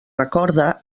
recorda